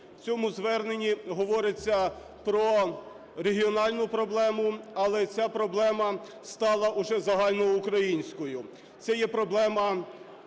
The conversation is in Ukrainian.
В цьому зверненні говориться про регіональну проблему, але ця проблема стала уже загальноукраїнською,